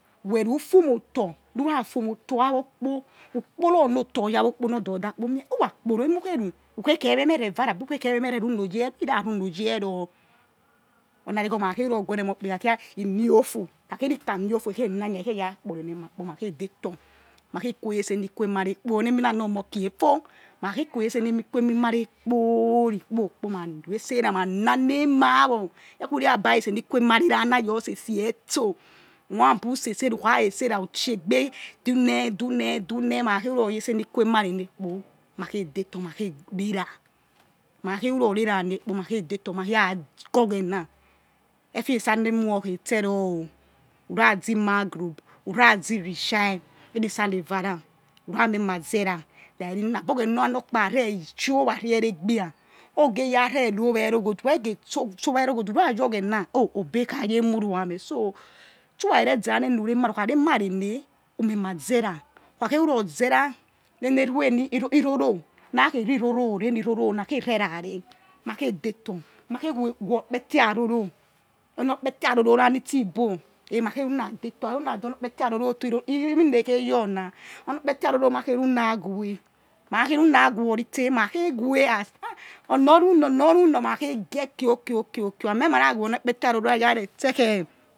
Weh ru fu mo otor nu ra fu mo otor ya wo kpo ukporo ono tor ya wo kpo ukporo ono tor ya wor kpo nor ordoda kpo mie irakporo emukhe ru ukhe kheme meh re va reh abi ukhe kheme meh re va reh abi ukhe kheme meh re rui uno yero he ra yero oni arigho ma kha ke ruror ri uno ghu ebni emoh imiofu ikha khe ri kai miofu okhe na okhe ya kpori ene mah ma ma khe detor mah khe retse eni kwe emare kpo oni eminana omokhekhi for ma kha khe khwe retse enemare kpo kpo ri kpo ma retse rah ma na ne ma owo ye khe who re abi aresene marera na your se se etso who moiabu setse ra who kha khe setse ra who techi egbe dube dine ma kha ru ror retse eni emare neh ma khe detor ma khe gbera ma kha khe ruror re ra neh ma khe detor ma khe gi oghena efe sana emia okhei tse ro or ura zi magrub ura zi ins hai eni sallah eva ra who ra meh ma zeeah rari oghena nor kpa ra chi oware ere gbia or geh yare no owa ero gwode who ra ye ogheria obekhai emuru yameh so o tsu ra re re zera ne nu re ma reh ukhare nareneh who meh ma zerah who khakhe ruror zerah iroro ra khe ri roro re heni roro ha khe weh okpeti aroro oni okpeti aroro nitsi igbo ma khe runa detor aruna due oni okpeti aroro nistsi igbo iru emi na ekheyoe na oni okpeti aroro ma keh ru na weh hakh akhe ru na worite ma khe weh a ona oru na ona oru na ma khe gie khio khio khio ami eh ma rah weh oni okpetiaroro yare tse khei